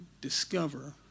discover